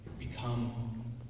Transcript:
become